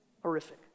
Horrific